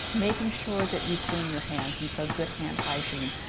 making sure that you clean your hands, and so good hand hygiene.